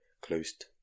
closed